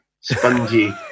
spongy